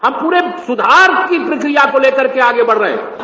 हम पूरे सुधार की प्रक्रिया को लेकर आगे बढ़ रहे थे